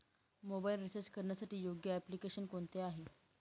Mobile recharge करण्यासाठी योग्य application कोणते आहे?